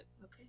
Okay